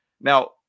Now